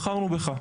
בחרנו בך.